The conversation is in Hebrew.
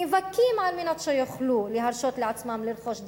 נאבקים על מנת שיוכלו להרשות לעצמם לרכוש דירה,